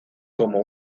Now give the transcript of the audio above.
como